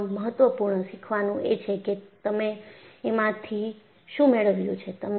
તેમાં મહત્વપૂર્ણ શિખવાનું એ છે કે તમે એમાંથી શું મેળવ્યું છે